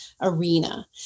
arena